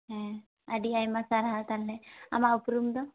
ᱦᱮ ᱟᱹᱰᱤ ᱟᱭᱢᱟ ᱥᱟᱨᱦᱟᱣ ᱛᱟᱦᱞᱮ ᱟᱢᱟᱜ ᱩᱯᱨᱩᱢ ᱫᱚ